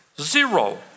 Zero